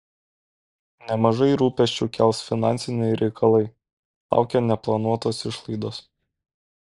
nemažai rūpesčių kels finansiniai reikalai laukia neplanuotos išlaidos